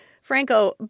Franco